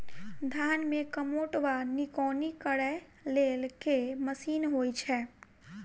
धान मे कमोट वा निकौनी करै लेल केँ मशीन होइ छै?